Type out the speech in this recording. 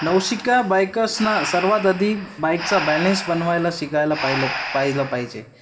नवशिक्या बायकर्सना सर्वात आधी बाईकचा बॅलेन्स बनवायला शिकायला पाहिलं पाहिलं पाहिजे